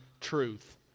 truth